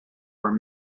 were